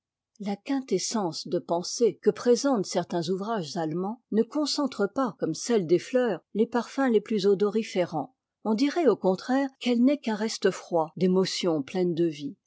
la quintessence de pensées que présentent certains ouvrages allemands ne concentre pas comme celle des fleurs les parfums les plus odoriférants on dirait au contraire qu'elle n'est qu'un reste froid d'émotions pleines de vie